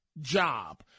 job